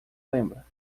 lembra